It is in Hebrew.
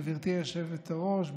גברתי היושבת-ראש,